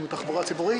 "צפוי בור תקציבי".